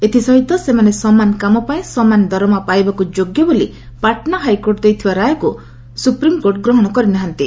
ଏଥି ସହିତ ସେମାନେ ସମାନ କାମ ପାଇଁ ସମାନ ଦରମା ପାଇବାକୁ ଯୋଗ୍ୟ ବୋଲି ପାଟନା ହାଇକୋର୍ଟ ଦେଇଥିବା ରାୟକୁ ଗ୍ରହଣ ସୁପ୍ରିମ୍କୋର୍ଟ କରି ନାହାନ୍ତି